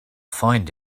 find